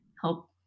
help